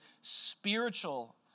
spiritual